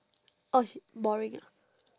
oh boring ah